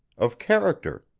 of character,